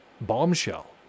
bombshell